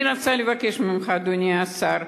אני רוצה לבקש ממך, אדוני השר: